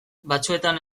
batzuetan